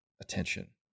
attention